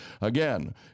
Again